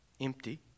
Empty